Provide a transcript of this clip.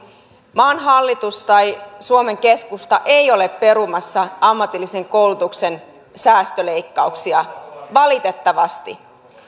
maan hallitus tai suomen keskusta ei ole perumassa ammatillisen koulutuksen säästöleikkauksia valitettavasti